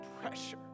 pressure